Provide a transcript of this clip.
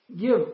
give